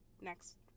next